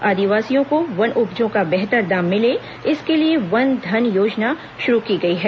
आदिवासियों को वन उपजों का बेहतर दाम मिले इसके लिए वन धन योजना शुरू की गई है